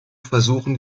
versuchen